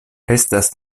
estas